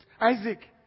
Isaac